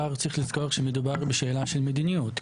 צריך לזכור שמדובר בשאלה של מדיניות,